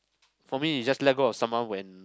for me is just let go of someone when